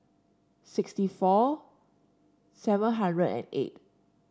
sixty four seven hundred and eight